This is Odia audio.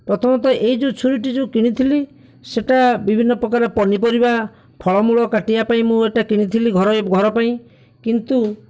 ପ୍ରଥମତଃ ଏହି ଯେଉଁ ଛୁରଟି ଯେଉଁ କିଣିଥିଲି ସେହିଟା ବିଭିନ୍ନ ପ୍ରକାର ପନିପରିବା ଫଳ ମୂଳ କାଟିବା ପାଇଁ ମୁଁ ଏହିଟା କିଣିଥିଲି ଘର ଘର ପାଇଁ କିନ୍ତୁ